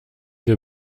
wir